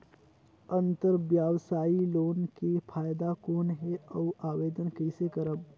अंतरव्यवसायी लोन के फाइदा कौन हे? अउ आवेदन कइसे करव?